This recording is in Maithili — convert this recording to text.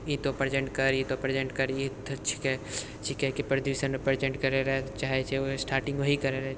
ई तऽ प्रेजेन्ट कर ई तऽ प्रेजेन्ट कर ई तोहर छिकै कि प्रदूषणरऽ प्रेजेन्ट करैलए चाहै छै ओ स्टार्टिंग ओहि करै रहै